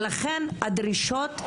לכן הדרישות,